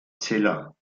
zeller